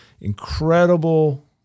incredible